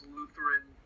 lutheran